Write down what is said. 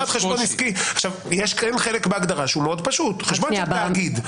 יש כן חלק בהגדרה שהוא מאוד פשוט: חשבון של תאגיד.